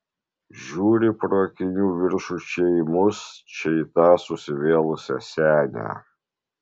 žiūri pro akinių viršų čia į mus čia į tą susivėlusią senę